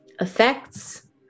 effects